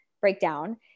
breakdown